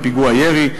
פיגוע ירי,